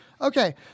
Okay